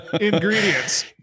Ingredients